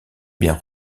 bien